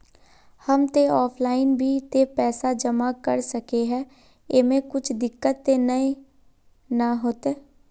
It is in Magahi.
हम ते ऑफलाइन भी ते पैसा जमा कर सके है ऐमे कुछ दिक्कत ते नय न होते?